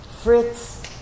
fritz